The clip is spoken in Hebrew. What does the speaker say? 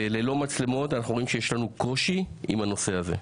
מכיוון שללא מצלמות אנחנו רואים שיש קושי עם הנושא הזה,